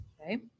okay